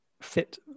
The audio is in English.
fit